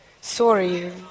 Sorry